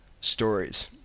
stories